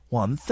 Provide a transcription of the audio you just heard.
one